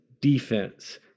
defense